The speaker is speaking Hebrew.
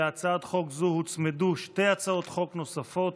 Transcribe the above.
להצעת חוק זו הוצמדו שתי הצעות חוק נוספות,